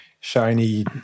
shiny